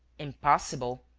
impossible,